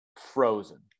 frozen